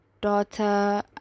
daughter